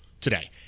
today